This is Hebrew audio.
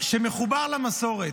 שמחובר למסורת,